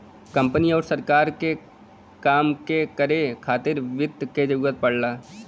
company आउर सरकार के काम के करे खातिर वित्त क जरूरत पड़ला